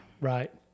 Right